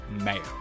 Mayo